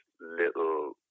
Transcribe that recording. little